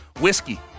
whiskey